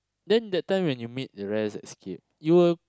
then that time when you meet the rest at Scape you were